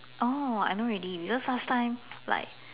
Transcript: oh I know already because last time like